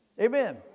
Amen